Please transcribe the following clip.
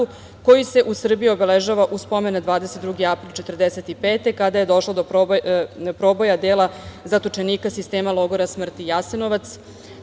koji se u Srbiji obeležava uz pomen na 22. april 1945. godine, kada je došlo do proboja dela zatočenika sistema logora smrti Jasenovac.